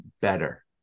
better